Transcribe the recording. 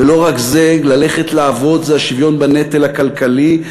ולא רק זה, ללכת לעבוד זה השוויון בנטל הכלכלי.